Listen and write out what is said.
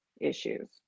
issues